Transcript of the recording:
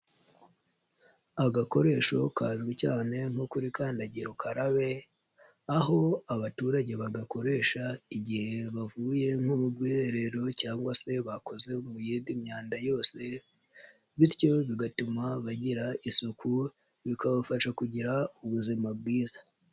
Agakoresho kazwi cyane nko kuri kandagira ukarabe aho abaturage bagakoresha igihe bavuye nk'u bwiherero cyangwa se bakoze mu yindi myanda yose bityo bigatuma bagira isuku bikabafasha kugira ubuzima bwiza.